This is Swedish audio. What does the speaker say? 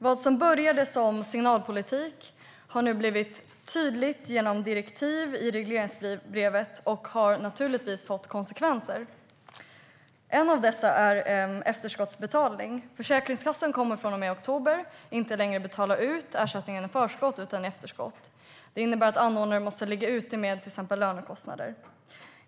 Vad som började som signalpolitik har nu blivit tydligt genom direktiv i regleringsbrevet och har naturligtvis fått konsekvenser. En av dessa är efterskottsbetalning. Försäkringskassan kommer från och med oktober inte längre att betala ut ersättningen i förskott utan i efterskott. Det innebär att anordnaren måste ligga ute med till exempel lönekostnader.